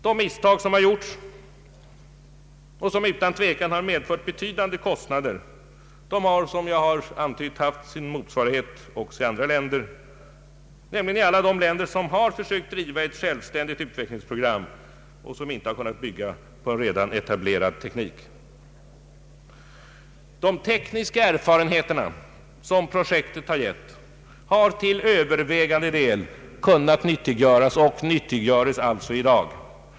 De misstag som har gjorts och som utan tvivel har medfört betydande kostnader har som jag antytt haft sin motsvarighet också i andra länder, nämligen alla de länder där man har försökt driva ett självständigt utbyggnadsprogram och inte kunnat bygga på en Ang. avveckling av Marvikenprojektet redan etablerad teknik. De tekniska erfarenheter som projektet givit har till övervägande del kunnat nyttiggöras — och nyttiggöres alltså i dag.